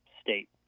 state